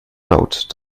laut